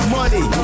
Money